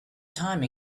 time